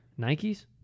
Nikes